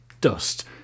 dust